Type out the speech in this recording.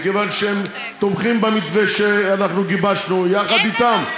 מכיוון שהם תומכים במתווה שאנחנו גיבשנו יחד אתם.